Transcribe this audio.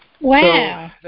Wow